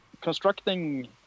constructing